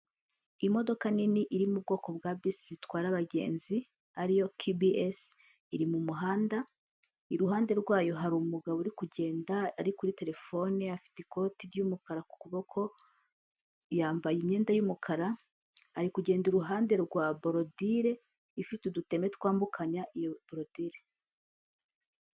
Imodoka nini iri mu bwoko bwa bisi zitwara abagenzi, ariyo kibiesi iri mu muhanda, iruhande rwayo hari umugabo uri kugenda ari kuri terefone afite ikoti ry'umukara ku kuboko, yambaye imyenda y'umukara, ari kugenda iruhande rwa borodile ifite uduteme twambukiranya iyo borodire.